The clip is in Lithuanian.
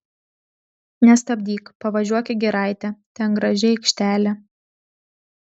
nestabdyk pavažiuok į giraitę ten graži aikštelė